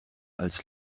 als